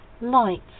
lights